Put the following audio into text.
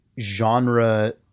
genre